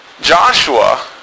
Joshua